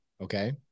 Okay